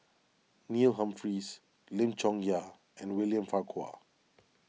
Neil Humphreys Lim Chong Yah and William Farquhar